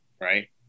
right